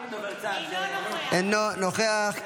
אינו נוכח.